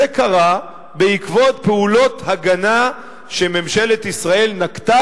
זה קרה בעקבות פעולות הגנה שממשלת ישראל נקטה